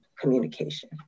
communication